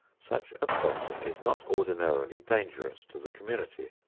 such a person is not ordinarily dangerous to the community.